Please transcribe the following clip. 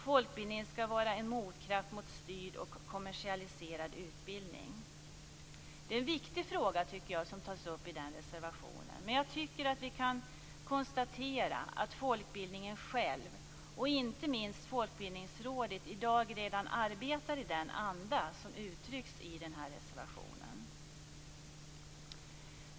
Folkbildningen skall vara en motkraft mot styrd och kommersialiserad utbildning. Det är en viktig fråga som tas upp i den reservationen, men jag tycker att vi kan konstatera att folkbildningen själv, inte minst Folkbildningsrådet, i dag redan arbetar i den anda som uttrycks i den reservationen.